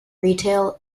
retail